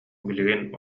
билигин